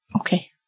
Okay